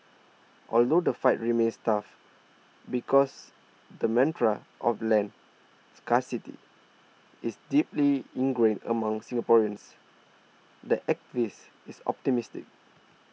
although the fight remains tough because the mantra of land scarcity is deeply ingrained among Singaporeans the activist is optimistic